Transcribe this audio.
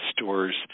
stores